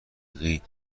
نیازی